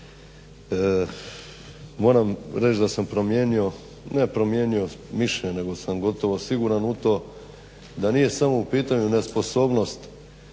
moram reć da sam promijenio, ne promijenio mišljenje nego sam gotovo siguran u to da nije samo u pitanju nesposobnost